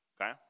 okay